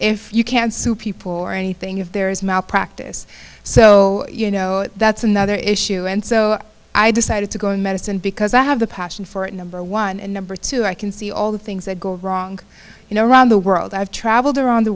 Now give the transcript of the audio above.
if you can sue people or anything if there is malpractise so you know that's another issue and so i decided to go in medicine because i have the passion for it number one and number two i can see all the things that go wrong you know around the world i've traveled around the